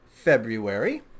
February